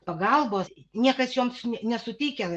pagalbos niekas joms nesuteikia